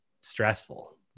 stressful